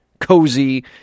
cozy